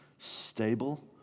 Stable